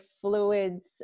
fluids